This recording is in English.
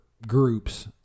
Groups